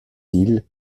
îles